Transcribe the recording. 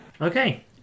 Okay